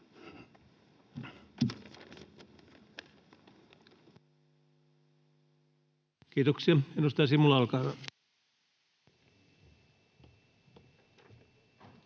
Kiitoksia. — Edustaja Simula, olkaa hyvä.